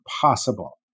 possible